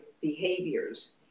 behaviors